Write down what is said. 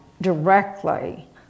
directly